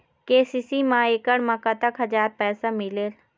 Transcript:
KCC मा एकड़ मा कतक हजार पैसा मिलेल?